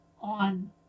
on